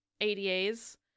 ada's